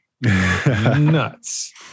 nuts